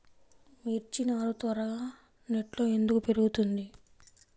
మిర్చి నారు త్వరగా నెట్లో ఎందుకు పెరుగుతుంది?